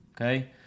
Okay